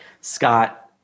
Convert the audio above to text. Scott